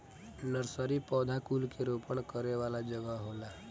nursery पौधा कुल के रोपण करे वाला जगह होला